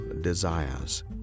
desires